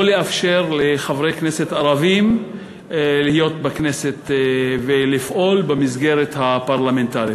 לא לאפשר לערבים להיות חברי הכנסת ולפעול במסגרת הפרלמנטרית.